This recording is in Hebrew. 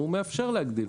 והוא מאפשר להגדיל.